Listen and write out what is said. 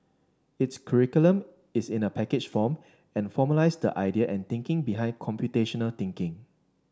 its curriculum is in a packaged form and formalised the idea and thinking behind computational thinking